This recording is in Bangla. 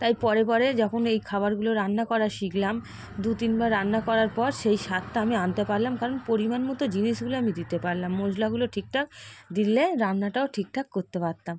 তাই পরে পরে যখন এই খাবারগুলো রান্না করা শিখলাম দু তিনবার রান্না করার পর সেই স্বাদটা আমি আনতে পারলাম কারণ পরিমাণমতো জিনিসগুলো আমি দিতে পারলাম মশলাগুলো ঠিকঠাক দিলে রান্নাটাও ঠিকঠাক করতে পারতাম